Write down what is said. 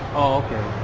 oh ok.